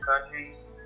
countries